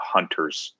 Hunter's